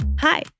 Hi